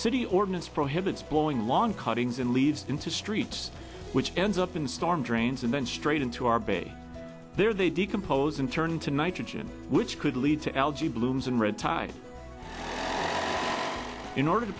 city ordinance prohibits blowing long cuttings and leaves into streets which ends up in storm drains and then straight into our bay there they decompose and turn into nitrogen which could lead to algae blooms and red tide in order to